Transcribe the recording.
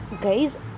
Guys